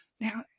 Now